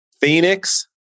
Phoenix